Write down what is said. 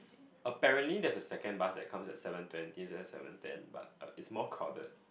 apparently there's a second bus that comes at seven twenty instead of seven ten but err it's more crowded